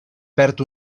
perd